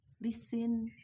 listen